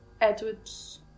Edward's